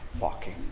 walking